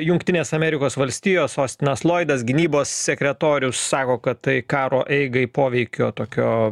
jungtinės amerikos valstijos ostinas loidas gynybos sekretorius sako kad tai karo eigai poveikio tokio